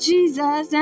Jesus